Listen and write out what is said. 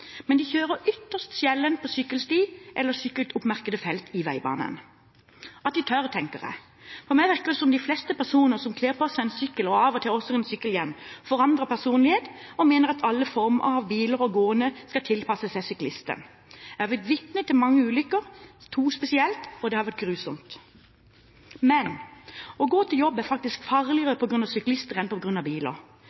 Men de kjører ytterst sjelden på sykkelsti eller på sykkeloppmerkede felt i veibanen. At de tør, tenker jeg. For meg virker det som de fleste personer som kler på seg en sykkel og av og til også en sykkelhjelm, forandrer personlighet og mener at alle former for biler og gående skal tilpasse seg syklisten. Jeg har vært vitne til mange ulykker, to spesielt, og det har vært grusomt. Å gå til jobb er faktisk farligere på grunn av syklister enn på grunn av biler.